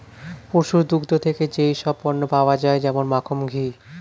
পশুর দুগ্ধ থেকে যেই সব পণ্য পাওয়া যায় যেমন মাখন, ঘি